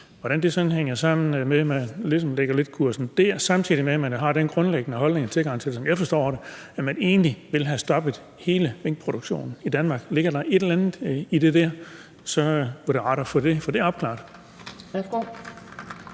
hvordan det hænger sammen, at man ligesom lægger kursen lidt dér, samtidig med at man har den grundlæggende holdning og tilgang til det, sådan som jeg forstår det, at man egentlig vil have stoppet hele minkproduktionen i Danmark. Hvis der ligger et eller andet i det, ville det være rart at få det opklaret.